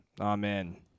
Amen